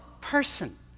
person